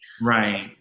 Right